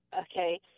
Okay